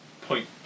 point